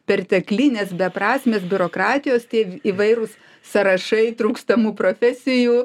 perteklinės beprasmės biurokratijos tie įvairūs sąrašai trūkstamų profesijų